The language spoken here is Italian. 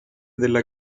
della